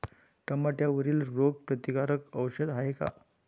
टमाट्यावरील रोग प्रतीकारक औषध हाये का?